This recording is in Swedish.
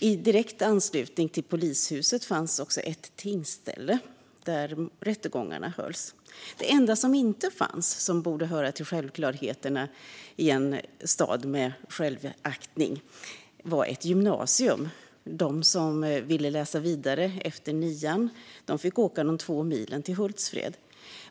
I direkt anslutning till polishuset fanns också ett tingsställe där rättegångar hölls. Det enda som inte fanns, som borde höra till självklarheterna i en stad med självaktning, var ett gymnasium. De som ville läsa vidare efter nian fick åka de två milen till Hultsfred.